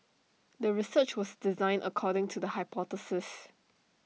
the research was designed according to the hypothesis